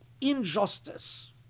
injustice